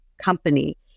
company